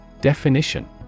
Definition